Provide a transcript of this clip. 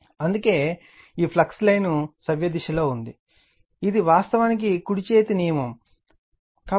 అందుకే అందుకే ఈ ఫ్లక్స్ లైన్ సవ్యదిశలో ఉంది ఇది వాస్తవానికి కుడి చేతి నియమంరైట్ హ్యాండ్ రూల్